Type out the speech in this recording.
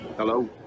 Hello